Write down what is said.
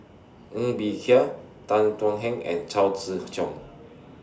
Ng Bee Kia Tan Thuan Heng and Chao Tzee Chong